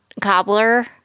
cobbler